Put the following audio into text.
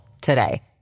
today